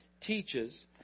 teaches